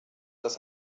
das